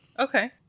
Okay